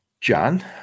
John